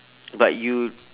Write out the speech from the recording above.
but you